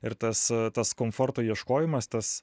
ir tas tas komforto ieškojimas tas